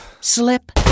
slip